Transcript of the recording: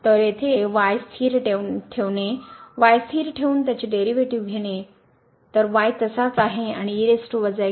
तर येथे y स्थिर ठेवणे y स्थिर ठेवून त्याचे डेरीवेटीव घेणे